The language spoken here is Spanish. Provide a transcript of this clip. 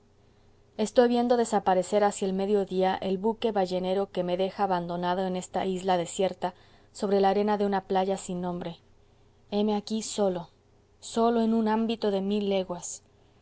estoy viendo desaparecer hacia el mediodía el buque ballenero que me deja abandonado en esta isla desierta sobre la arena de una playa sin nombre heme aquí solo solo en un ámbito de mil leguas